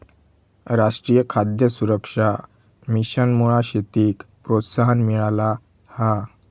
राष्ट्रीय खाद्य सुरक्षा मिशनमुळा शेतीक प्रोत्साहन मिळाला हा